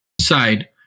side